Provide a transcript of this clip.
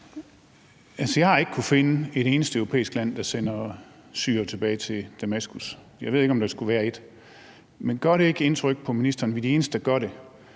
Jeg har ikke kunnet finde et eneste europæisk land, der sender syrere tilbage til Damaskus. Jeg ved ikke, om der skulle være et. Men gør det ikke indtryk på ministeren, at vi er de eneste, der gør det